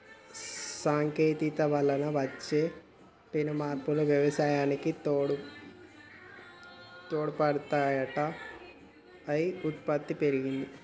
సాంకేతికత వలన వచ్చే పెను మార్పులు వ్యవసాయానికి తోడ్పాటు అయి ఉత్పత్తి పెరిగింది